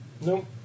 Nope